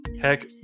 Heck